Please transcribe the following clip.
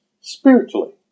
spiritually